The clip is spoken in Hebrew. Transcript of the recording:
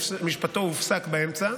משפטו הופסק באמצע,